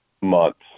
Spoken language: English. months